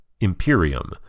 Imperium